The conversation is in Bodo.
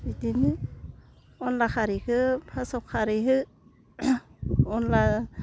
बिदिनो अनला खारैखौ फार्स्टआव खारै हो अनला